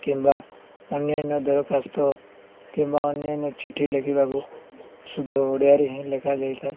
କିମ୍ବା ଅନ୍ୟାନ୍ୟ ଦରଖାସ୍ତ କିମ୍ବା ଅନ୍ୟାନ୍ୟ ଚିଠି ଲେଖିବାକୁ ଶୁଦ୍ଧ ଓଡ଼ିଆରେ ହିଁ ଲେଖା ଯାଇଥାଏ